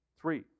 Three